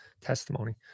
testimony